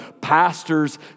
pastors